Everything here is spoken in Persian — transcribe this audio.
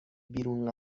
بیرون